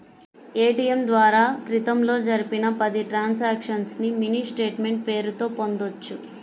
ATM ద్వారా క్రితంలో జరిపిన పది ట్రాన్సక్షన్స్ ని మినీ స్టేట్ మెంట్ పేరుతో పొందొచ్చు